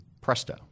presto